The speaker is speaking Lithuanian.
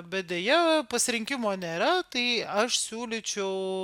bet deja pasirinkimo nėra tai aš siūlyčiau